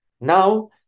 Now